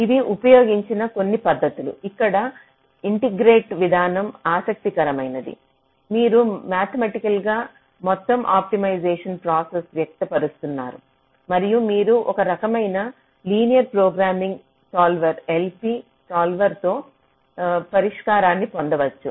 ఇవి ఉపయోగించిన కొన్ని పద్ధతులు ఇక్కడ ఇంటిగ్రేట్ విధానం ఆసక్తికరమైనది మీరు మ్యాథమెటికల్ గా మొత్తం ఆప్టిమైజేషన్ ప్రాసెస్ని వ్యక్తపరుస్తారు మరియు మీరు ఒక రకమైన linear programming solver LP solver తో పరిష్కారాన్ని పొందవచ్చు